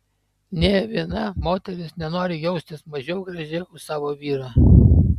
nė viena moteris nenori jaustis mažiau graži už savo vyrą